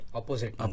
opposite